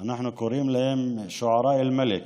אנחנו קוראים להם: שועראא אל-מלכ.